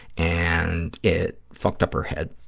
and it fucked up her head.